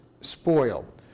spoil